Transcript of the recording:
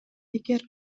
эгер